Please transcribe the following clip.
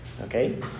Okay